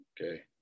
Okay